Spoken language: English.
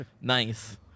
nice